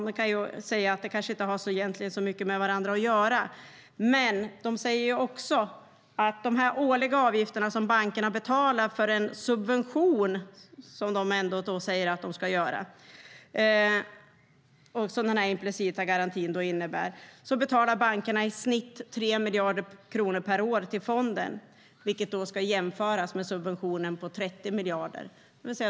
Man kan ju säga att de egentligen inte har så mycket med varandra att göra. Men regeringen säger också att de årliga avgifter som bankerna betalar till fonden för den subvention som den implicita garantin ändå innebär i snitt är 3 miljarder kronor, vilket ska jämföras med subventionen på 30 miljarder.